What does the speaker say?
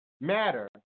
matter